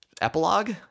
epilogue